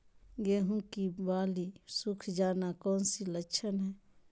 गेंहू की बाली सुख जाना कौन सी लक्षण है?